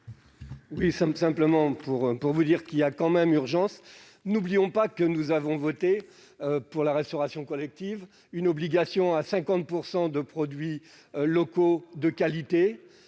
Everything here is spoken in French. pour explication de vote. Il y a quand même urgence. N'oublions pas que nous avons voté, pour la restauration collective, une obligation à 50 % de produits locaux de qualité,